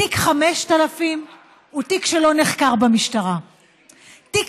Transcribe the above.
תיק 5000 הוא תיק שלא נחקר במשטרה תיק